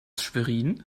schwerin